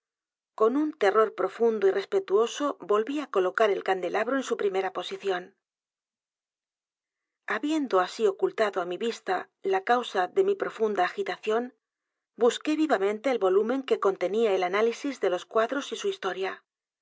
con un terror profundo y respetuoso volví á colocar el candelabro en su primera posición habiendo así ocultado á mi vista la causa de mi p r o funda agitación busqué vivamente el volumen que contenía el análisis de los cuadros y su historia